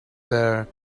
there